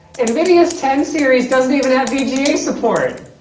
nvidia's ten series doesn't even have vga support.